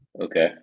okay